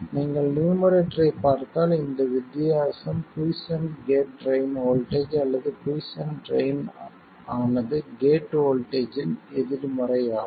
நீங்கள் நியூமரேட்டரைப் பார்த்தால் இந்த வித்தியாசம் குய்ஸ்சென்ட் கேட் ட்ரைன் வோல்ட்டேஜ் அல்லது குய்ஸ்சென்ட் ட்ரைன் ஆனது கேட் வோல்ட்டேஜ் இன் எதிர்மறை ஆகும்